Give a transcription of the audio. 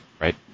Right